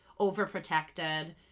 overprotected